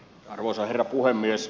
arvoisa herra puhemies